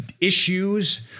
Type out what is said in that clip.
issues